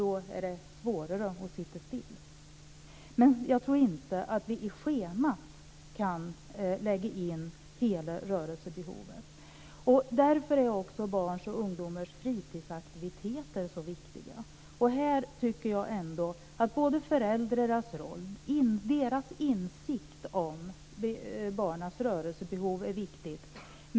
Då är det svårare att sitta still. Men vi kan nog inte lägga in hela rörelsebehovet i schemat. Därför är barns och ungdomars fritidsaktiviteter så viktiga. Här kommer föräldrarnas roll och deras insikt om barnens rörelsebehov in.